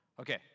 Okay